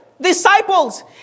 disciples